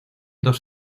dos